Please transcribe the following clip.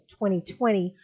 2020